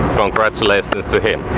congratulations to him!